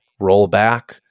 rollback